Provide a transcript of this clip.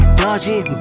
dodging